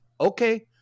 okay